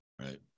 right